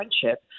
friendship